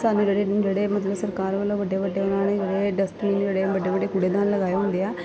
ਸਾਨੂੰ ਜਿਹੜੇ ਜਿਹੜੇ ਮਤਲਬ ਸਰਕਾਰ ਵੱਲੋਂ ਵੱਡੇ ਵੱਡੇ ਉਹਨਾਂ ਨੇ ਜਿਹੜੇ ਡਸਬਿਨ ਜਿਹੜੇ ਵੱਡੇ ਵੱਡੇ ਕੂੜੇ ਦਾਨ ਲਗਾਏ ਹੁੰਦੇ ਆ